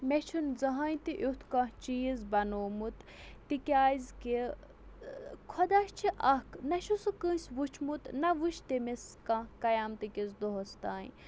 مےٚ چھُنہٕ زٕہٲنۍ تہِ یُتھ کانٛہہ چیٖز بَنومُت تِکیٛازِ کہِ خۄدا چھِ اَکھ نہ چھِ سُہ کٲنٛسہِ وٕچھمُت نہ وٕچھ تٔمِس کانٛہہ قیامتٕکِس دۄہَس تام